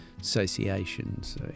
associations